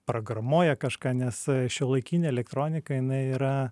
programuoja kažką nes šiuolaikinė elektronika jinai yra